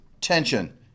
tension